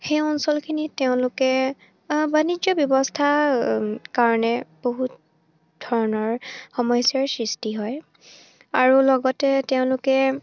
সেই অঞ্চলখিনিত তেওঁলোকে বাণিজ্য ব্যৱস্থা কাৰণে বহুত ধৰণৰ সমস্যাৰ সৃষ্টি হয় আৰু লগতে তেওঁলোকে